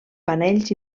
panells